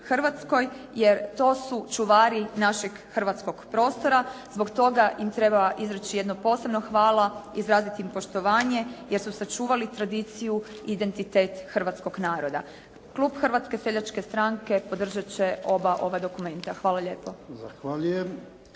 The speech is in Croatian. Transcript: jer to su čuvari našeg hrvatskog prostora. Zbog toga im treba izreći jedno posebno hvala, izraziti im poštovanje jer su sačuvali tradiciju i identitet hrvatskog naroda. Klub Hrvatske seljačke stranke podržat će oba ova dokumenta. Hvala lijepo.